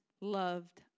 loved